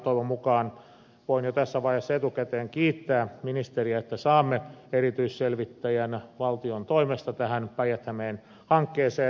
toivon mukaan voin jo tässä vaiheessa etukäteen kiittää ministeriä että saamme erityisselvittäjän valtion toimesta tähän päijät hämeen hankkeeseen